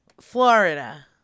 Florida